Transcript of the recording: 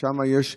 שם יש אפליה,